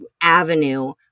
avenue